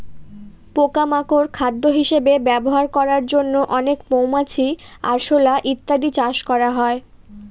পোকা মাকড় খাদ্য হিসেবে ব্যবহার করার জন্য অনেক মৌমাছি, আরশোলা ইত্যাদি চাষ করা হয়